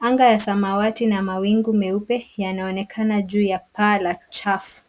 Anga ya samawati na mawingu meupe yanaonekana juu ya paa la chafu.